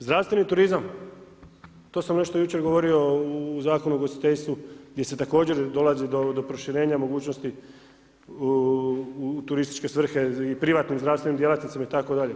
Zdravstveni turizam, to sam nešto jučer govorio u Zakonu o ugostiteljstvu, gdje se također dolazi do proširenja mogućnosti u turističke svrhe i privatne zdravstvenim djelatnicima itd.